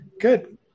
Good